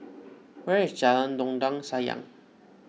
where is Jalan Dondang Sayang